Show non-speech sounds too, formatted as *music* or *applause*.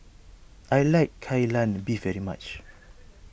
I like Kai Lan Beef very much *noise*